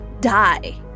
die